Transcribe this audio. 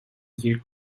year